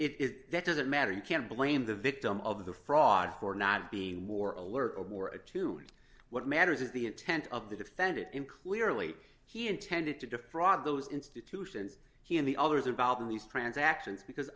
correct it that doesn't matter you can't blame the victim of the fraud for not being more alert or wore a tune what matters is the intent of the defendant and clearly he intended to defraud those institutions he and the others involved in these transactions because